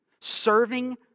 serving